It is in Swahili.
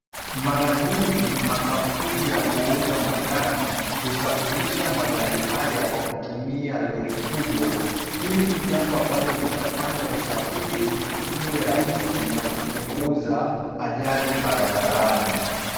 Mara nyingi makampuni ya kuuza magari husafirisha magari haya kwa kutumia lori kubwa. Hili ni jambo ambalo linafanya usafiri iwe rahisi na kupunguza ajali barabarani.